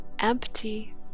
empty